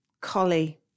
collie